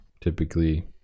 typically